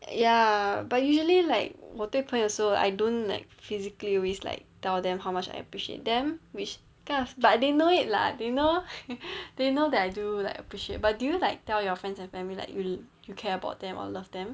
ya but usually like 我对朋友 also I don't like physically always tell them how much I appreciate them which kind of but they know it lah they know they know that I do like appreciate but do you like tell your friends and family like you you care about them or love them